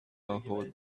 hole